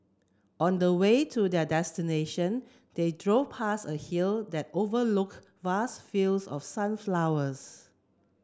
on the way to their destination they drove past a hill that overlook vast fields of sunflowers